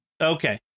Okay